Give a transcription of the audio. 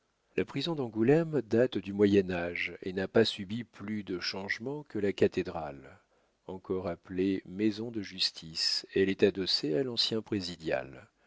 la prison d'angoulême date du moyen-age et n'a pas subi plus de changements que la cathédrale encore appelée maison de justice elle est adossée à l'ancien présidial